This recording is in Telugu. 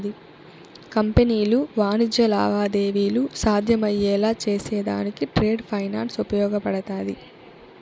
కంపెనీలు వాణిజ్య లావాదేవీలు సాధ్యమయ్యేలా చేసేదానికి ట్రేడ్ ఫైనాన్స్ ఉపయోగపడతాది